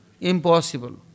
Impossible